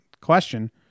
question